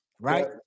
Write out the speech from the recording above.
right